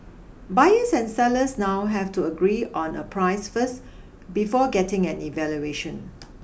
buyers and sellers now have to agree on a price first before getting an evaluation